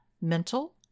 mental